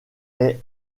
est